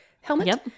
helmet